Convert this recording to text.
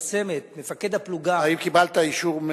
שמתפרסמת, האם קיבלת אישור,